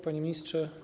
Panie Ministrze!